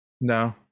No